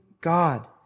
God